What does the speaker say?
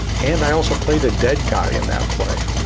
and i also played a dead guy in that play.